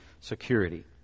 security